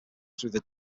through